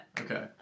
Okay